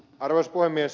arvoisa puhemies